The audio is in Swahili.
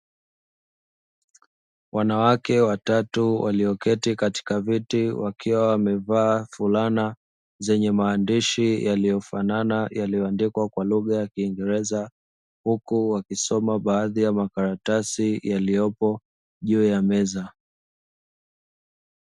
Eanawake watatu walioketi katika viti wakiwa wamevaa fulana zenye maandishi yaliyo fanana yaliyoandikwa kwa lugha ya kiingereza huku wakisoma baadhi ya karatasi yaliyopo juu ya meza.